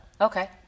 Okay